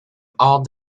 all